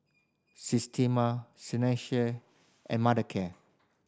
Systema Seinheiser and Mothercare